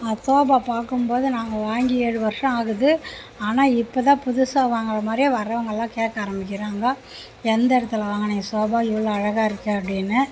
sofa பார்க்கும்போது நாங்கள் வாங்கி ஏழு வர்ஷம் ஆகுது ஆனால் இப்போதான் புதுசாக வாங்கினா மாதிரியே வரவங்களாம் கேட்க ஆரமிக்கிறாங்க எந்த இடத்துல வாங்குனிங்க சோஃபா இவ்ளோ அழகாக இருக்கு அப்படின்னு